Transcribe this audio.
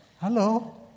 Hello